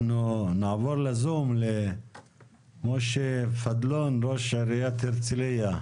אנחנו נעבור לזום, למשה פדלון, ראש עיריית הרצליה.